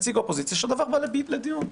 נציג האופוזיציה שתועבר לדיון,